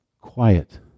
quiet